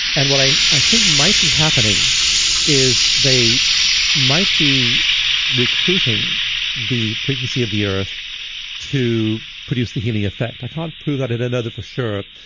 and what i i think might be happening is they might be recruiting the frequency of the earth to produce the healing effect. i can't prove that in and of for sure,